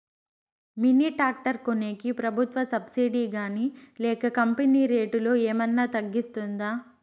Mini tractor కొనేకి ప్రభుత్వ subsidy గాని లేక కంపెని రేటులో ఏమన్నా తగ్గిస్తుందా?